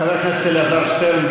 חבר הכנסת אלעזר שטרן,